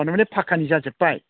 अह माने फाखानि जाजोबबाय